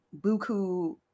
buku